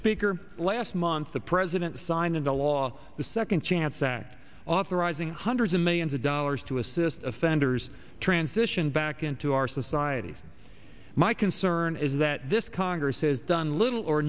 speaker last month the president signed into law the second chance act authorizing hundreds of millions of dollars to assist offenders transition back into our society my concern is that this congress has done little or